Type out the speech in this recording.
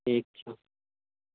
ठीक छै